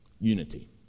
unity